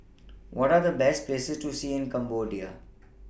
What Are The Best Places to See in Cambodia